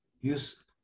use